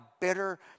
bitter